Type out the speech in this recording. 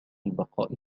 البقاء